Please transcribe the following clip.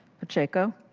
pacheco.